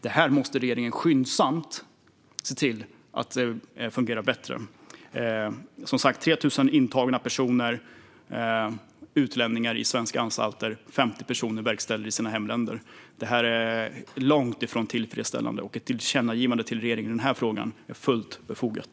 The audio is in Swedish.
Det här måste regeringen skyndsamt få att fungera bättre. Som sagt, 3 000 utlänningar är intagna på svenska anstalter, och 50 personer har fått sina straff verkställda i sina hemländer. Detta är långt ifrån tillfredsställande, och ett tillkännagivande till regeringen i denna fråga är fullt befogat.